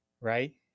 Right